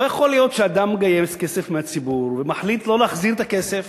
לא יכול להיות שאדם מגייס כסף מן הציבור ומחליט לא להחזיר את הכסף,